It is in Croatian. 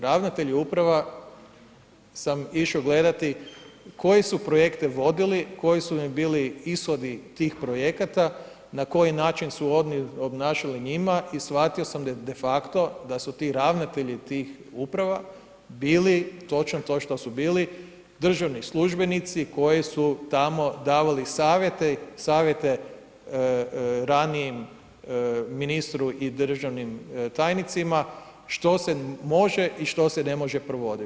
Ravnatelji uprava sam išao gledati koje projekte su vodili, koji su im bili ishodi tih projekata, na koji način su oni obnašali njima i shvatio sam de facto da su ti ravnatelji tih uprava bili, točno to što su bili državni službenici koji su tamo davali savjete, savjete ranijim ministru i državnim tajnicima što se može i što se ne može provoditi.